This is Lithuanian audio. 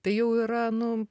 tai jau yra nu